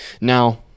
Now